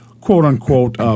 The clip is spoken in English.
quote-unquote